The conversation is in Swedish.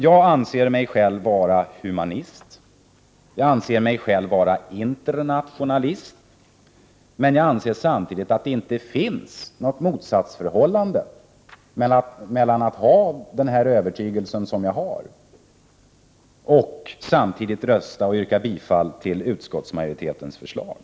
Jag anser mig vara humanist och internationalist, men samtidigt anser jag att det inte existerar något motsatsförhållande mellan att ha den övertygelse som jag har och att samtidigt rösta för och yrka bifall till utskottsmajoritetens förslag.